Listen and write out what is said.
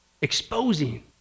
exposing